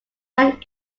had